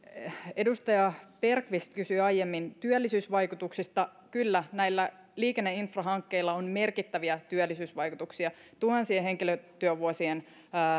edustaja bergqvist kysyi aiemmin työllisyysvaikutuksista kyllä näillä liikenneinfrahankkeilla on merkittäviä työllisyysvaikutuksia tuhansien henkilötyövuosien